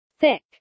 Thick